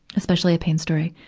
especially a pain story,